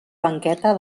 banqueta